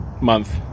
month